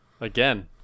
again